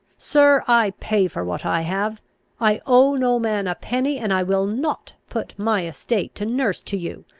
sir, i pay for what i have i owe no man a penny and i will not put my estate to nurse to you,